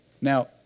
Now